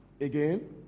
Again